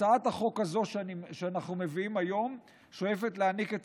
הצעת החוק הזו שאנחנו מביאים היום שואפת להעניק את